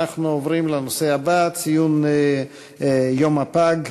אנחנו עוברים לנושא הבא: ציון יום הפג,